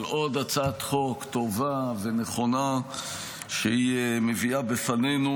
עוד הצעת חוק טובה ונכונה שהיא מביאה בפנינו.